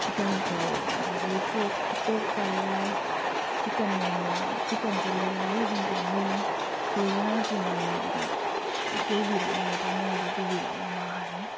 chicken chow ꯑꯗꯒꯤ ꯐ꯭ꯔꯣꯛ ꯄꯣꯛ fried rice chicken momo chicken ꯆꯤꯂꯤꯒ ꯍꯥꯏꯔꯤꯁꯤꯡꯁꯦ ꯍꯌꯦꯡ ꯁꯣꯏꯗꯅꯕ ꯄꯨꯡ ꯑꯅꯤꯗꯨꯗ ꯌꯧꯕꯤꯔꯛꯅꯕ ꯇꯥꯃꯣ ꯍꯣꯏꯗꯒꯤ ꯄꯨꯕꯤꯔꯛꯅꯕ ꯍꯥꯏꯔꯤ